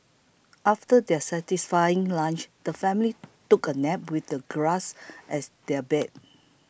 after their satisfying lunch the family took a nap with the grass as their bed